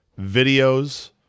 videos